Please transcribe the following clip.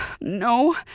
No